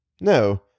No